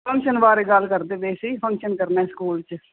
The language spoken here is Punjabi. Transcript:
ਫੰਕਸ਼ਨ ਬਾਰੇ ਗੱਲ ਕਰਦੇ ਪਏ ਸੀ ਫੰਕਸ਼ਨ ਕਰਨਾ ਸਕੂਲ 'ਚ